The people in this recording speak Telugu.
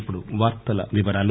ఇప్పుడు వార్తల వివరాలు